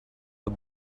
the